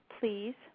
please